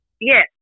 Yes